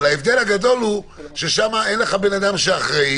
אבל ההבדל הגדול הוא ששם אין לך בן אדם שאחראי,